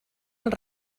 els